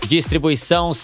Distribuição